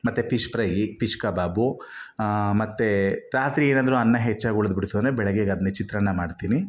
ಮತ್ತು fish fry fish ಕಬಾಬು ಮತ್ತು ರಾತ್ರಿ ಏನಾದರೂ ಅನ್ನ ಹೆಚ್ಚಾಗಿ ಉಳಿದ್ಬಿಡ್ತು ಅಂದರೆ ಬೆಳಗ್ಗೆಗೆ ಅದನ್ನೇ ಚಿತ್ರಾನ್ನ ಮಾಡ್ತೀನಿ